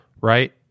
right